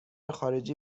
خارجی